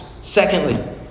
Secondly